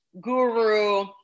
guru